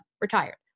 retired